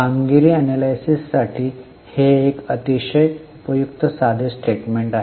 कामगिरी एनलायसिस साठी हे एक अतिशय उपयुक्त साधे स्टेटमेंट आहे